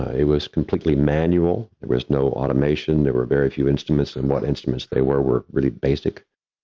it was completely manual, there was no automation. there were very few instruments and what instruments they were were really basic.